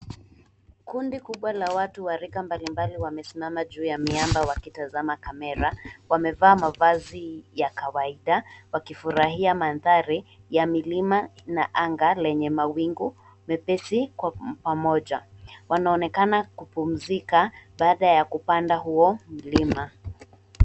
Kundi kubwa la watu wa rika mbalimbali wamesimama juu ya miamba wakitazama kamera. Wamevaa mavazi ya kawaida wakifurahia mandhari ya milima na anga lenye mawingu mepesi kwa pamoja. Wanaonekana kupumzika baada ya kupanda huo mlima.